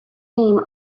name